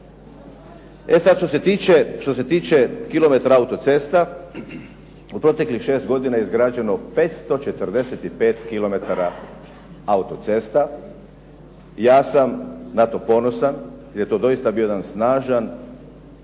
Sad što se tiče kilometra autocesta u proteklih 6 godina izgrađeno 545 kilometara autocesta. Ja sam na to ponosan, jer je to doista bio jedan snažan